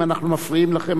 אם אנחנו מפריעים לכם,